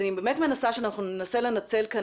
אני באמת רוצה שאנחנו ננסה לנצל כאן